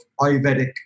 Ayurvedic